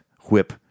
whip